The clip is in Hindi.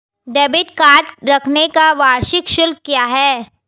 डेबिट कार्ड रखने का वार्षिक शुल्क क्या है?